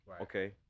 okay